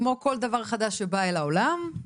כמו כל דבר חדש שבא אל העולם,